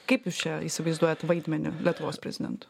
kaip jūs čia įsivaizduojat vaidmenį lietuvos prezidentu